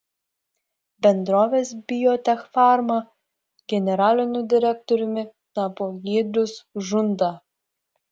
bendrovės biotechfarma generaliniu direktoriumi tapo giedrius žunda